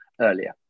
earlier